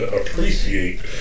appreciate